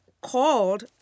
called